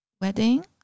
wedding